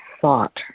thought